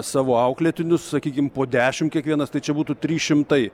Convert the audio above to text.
savo auklėtinius sakykim po dešimt kiekvienas tai čia būtų trys šimtai